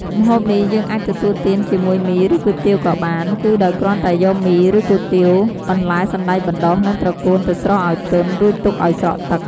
ម្ហូបនេះយើងអាចទទួលទានជាមួយមី ឬគុយទាវក៏បាន គឺដោយគ្រាន់តែយកមី ឬគុយទាវ បន្លែសណ្ដែកបណ្ដុះ និងត្រកួនទៅស្រុះឱ្យទន់ រួចទុកឱ្យស្រក់ទឹក។